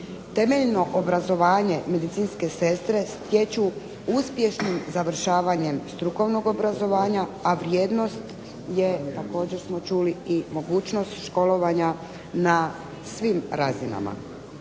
Temeljno obrazovanje medicinske sestre stječu uspješnim završavanjem strukovnog obrazovanja, a vrijednost je također smo čuli i mogućnost školovanja na svim razinama.